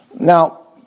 Now